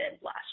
last